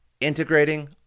Integrating